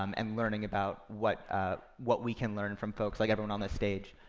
um and learning about what ah what we can learn from folks, like everyone on this stage,